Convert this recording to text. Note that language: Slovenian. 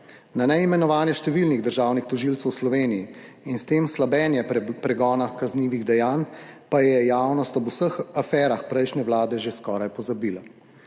Na neimenovanje številnih državnih tožilcev v Sloveniji in s tem slabenje pregona kaznivih dejanj pa je javnost ob vseh aferah prejšnje vlade že skoraj pozabila.